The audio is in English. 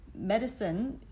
medicine